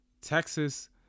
Texas